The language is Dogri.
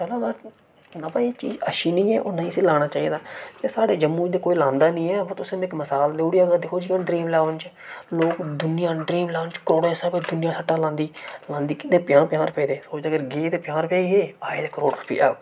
चलो ब एह् चीज अच्छी नी ऐ होर ना इसी लाना चाहिदा ते स्हाड़े जम्मू च ते कोई लांदा नी ऐ पर तुसें मी एक्क मसाल देई ओड़ी अगर दिक्खो जियां ड्रीम इलेवन च लोक दुनिया ड्रीम इलेवन च करोड़ें दे स्हाबै दुनिया सट्टा लांदी लांदी किन्ने पंजाह् पंजाह् रपेऽ दे जेकर गे ते पंजाह् रपेऽ गे आए ते करोड़ रपेआ